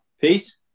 Pete